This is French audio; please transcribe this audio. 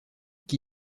qui